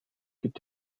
gibt